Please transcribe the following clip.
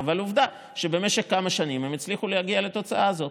אבל עובדה שבמשך כמה שנים הם הצליחו להגיע לתוצאה הזאת.